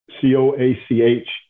C-O-A-C-H